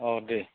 औ दे